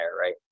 right